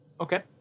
Okay